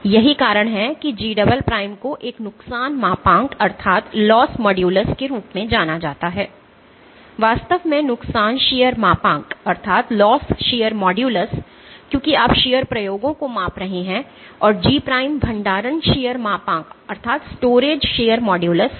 यही कारण है कि G को एक नुकसान मापांक के रूप में जाना जाता है वास्तव में नुकसान शीयर मापांक क्योंकि आप शीयर प्रयोगों को माप रहे हैं और G भंडारण शीयर मापांक है